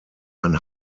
ein